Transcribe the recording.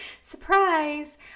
surprise